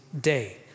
day